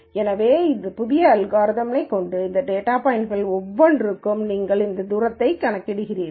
எனவே இந்த புதிய அல்காரிதம்களைக் கொண்ட இந்த டேட்டா பாய்ன்ட்கள் ஒவ்வொன்றிற்கும் நீங்கள் இந்த தூரங்களைக் கணக்கிடுகிறீர்கள்